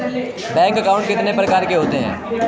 Bank account कितने प्रकार के होते हैं?